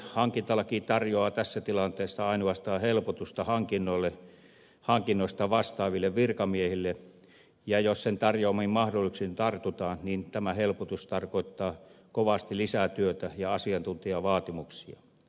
hankintalaki tarjoaa tässä tilanteessa ainoastaan helpotusta hankinnoista vastaaville virkamiehille ja jos sen tarjoamiin mahdollisuuksiin tartutaan niin tämä helpotus tarkoittaa kovasti lisää työtä ja asiantuntijavaatimuksia